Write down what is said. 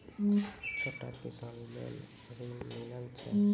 छोटा किसान लेल ॠन मिलय छै?